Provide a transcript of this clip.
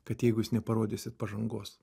kad jeigu jūs neparodysit pažangos